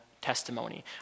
testimony